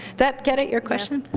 that get at your question?